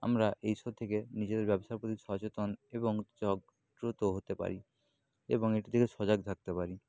আমরা এই শো থেকে নিজের ব্যবসার প্রতি সচেতন এবং জগ্রুত হতে পারি এবং এটি থেকে সজাগ থাকতে পারি